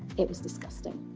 it was disgusting.